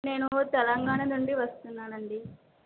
నేను తెలంగాణ నుండి వస్తున్నానండి